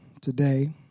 today